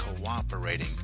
cooperating